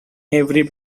every